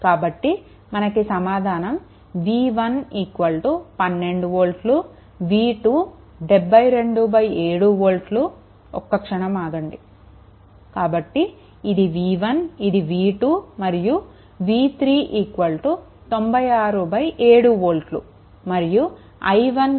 కాబట్టి మనకి సమాధానం v1 12 వోల్ట్లు v2 727 వోల్ట్లు ఒక్క క్షణం ఆగండి కాబట్టి ఇది v1 ఇది v2 మరియు v3 967 వోల్ట్లు మరియు i1 కరెంట్ 12 - v14